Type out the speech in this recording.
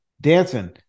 Dancing